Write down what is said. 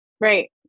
right